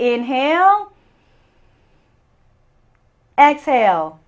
inhale exhale